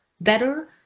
better